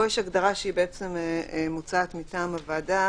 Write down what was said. פה יש הגדרה שמוצעת מטעם הוועדה.